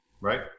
Right